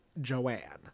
Joanne